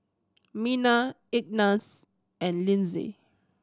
Mena Ignatz and Linzy